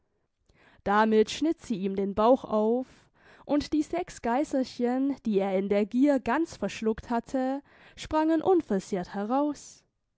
damit schnitt sie ihm den bauch auf und die sechs geiserchen die er in der gier ganz verschluckt hatte sprangen unversehrt heraus